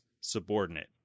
subordinate